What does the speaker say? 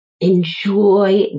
Enjoy